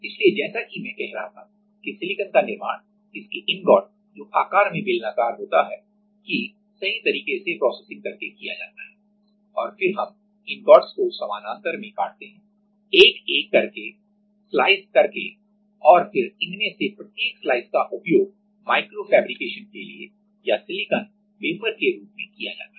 इसलिए जैसा कि मैं कह रहा था कि सिलिकॉन का निर्माण इसके इंगोट जो आकार में बेलनाकार होता है की सही तरीके से प्रोसेसिंग करके किया जाता है और फिर हम इंगोटस को समानांतर में काटते हैं एक एक स्लाइस करके और फिर इनमें से प्रत्येक स्लाइस का उपयोग माइक्रोफैब्रिकेशन के लिए या सिलिकॉन वेफर के रूप में किया जाता है